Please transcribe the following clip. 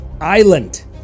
island